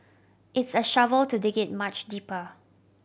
it's a shovel to dig it much deeper